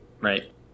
right